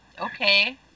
okay